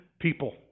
people